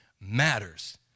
matters